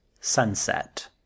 sunset